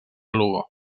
lugo